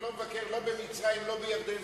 אני לא מבקר לא במצרים ולא בירדן,